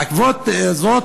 בעקבות זאת,